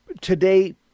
today